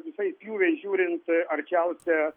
visais pjūviais žiūrint arčiausia